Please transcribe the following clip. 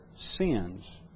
sins